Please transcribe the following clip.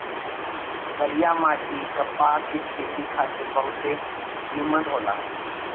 करिया माटी कपास के खेती खातिर बहुते निमन होला